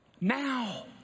now